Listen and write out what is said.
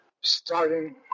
starting